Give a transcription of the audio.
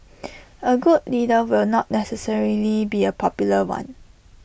A good leader will not necessarily be A popular one